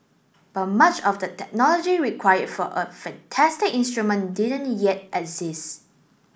but much of the technology required for a fantastic instrument didn't yet exist